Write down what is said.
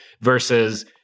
versus